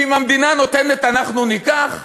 שאם המדינה נותנת, אנחנו ניקח?